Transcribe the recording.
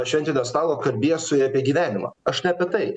šventinio stalo kalbies su ja apie gyvenimą aš ne apie tai